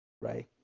right